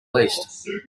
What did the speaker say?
least